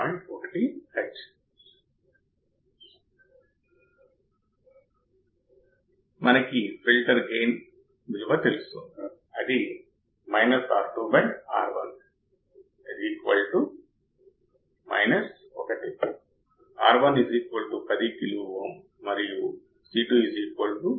ప్రారంభ దశను బట్టి ఇతర దిశకు వెళ్లగలదు ఇప్పుడు మనం ఆపరేషన్ యాంప్లిఫైయర్ యొక్క బ్లాక్ రేఖాచిత్రం చూసినప్పుడు బ్లాక్ రేఖాచిత్రం ప్రకారం ఆపరేషన్ యాంప్లిఫైయర్ ఈ క్రింది బ్లాకులను కలిగి ఉందిమొదటిది అవకలన యాంప్లిఫైయర్ దశ రెండవది ఇంటర్మీడియట్ దశను కలిగి ఉంటుంది మూడవది లెవెల్ షిఫ్టర్ దశ మరియు అవుట్పుట్ దశ